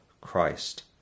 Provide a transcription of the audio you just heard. Christ